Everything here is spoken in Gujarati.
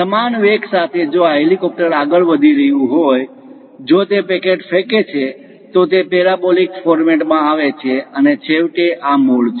સમાન વેગ સાથે જો આ હેલિકોપ્ટર આગળ વધી રહ્યું હોય જો તે પેકેટ ફેકે છે તો તે પેરાબોલિક ફોર્મેટમાં આવે છે અને છેવટે આ મૂળ છે